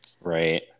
right